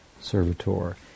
servitor